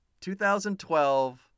2012